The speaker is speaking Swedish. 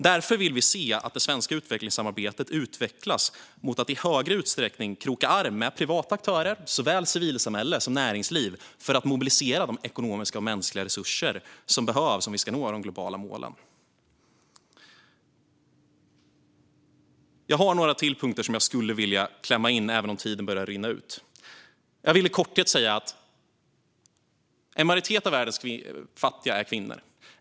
Därför vill vi se att det svenska utvecklingssamarbetet utvecklas i riktning mot att i större utsträckning kroka arm med privata aktörer, civilsamhälle och näringsliv för att mobilisera de ekonomiska och mänskliga resurser som behövs om vi ska nå de globala målen. Jag har några ytterligare punkter som jag skulle vilja klämma in även om min talartid börjar rinna ut. Jag vill i korthet säga att en majoritet av världens fattiga är kvinnor.